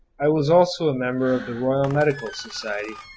i was also a member of the royal medical society,